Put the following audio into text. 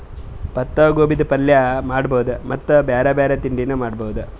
ಪತ್ತಾಗೋಬಿದ್ ಪಲ್ಯ ಮಾಡಬಹುದ್ ಮತ್ತ್ ಬ್ಯಾರೆ ಬ್ಯಾರೆ ತಿಂಡಿನೂ ಮಾಡಬಹುದ್